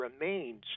remains